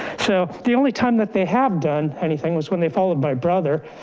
so the only time that they have done anything was when they followed my brother,